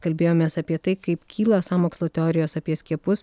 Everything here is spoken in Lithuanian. kalbėjomės apie tai kaip kyla sąmokslo teorijos apie skiepus